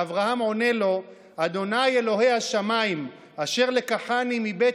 ואברהם עונה לו: "ה' אלֹהי השמיִם אשר לקחני מבית